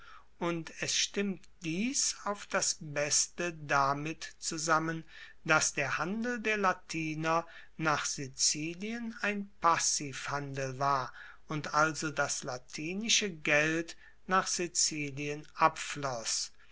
und es stimmt dies auf das beste damit zusammen dass der handel der latiner nach sizilien ein passivhandel war und also das latinische geld nach sizilien abfloss